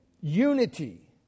unity